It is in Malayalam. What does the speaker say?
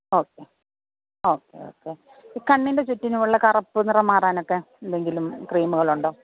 ഓക്കെ ഓക്കെ ഓക്കെ കണ്ണിൻറെ ചുറ്റിനുമുള്ള കറുപ്പ് നിറം മാറാനൊക്കെ എന്തെങ്കിലും ക്രീമുകളുണ്ടോ